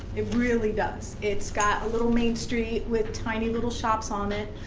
it really does. it's got a little main street with tiny little shops on it.